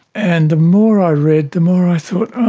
and the more i read, the more i thought